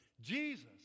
Jesus